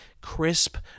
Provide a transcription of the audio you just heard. crisp